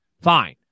Fine